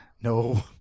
No